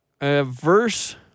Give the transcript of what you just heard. Verse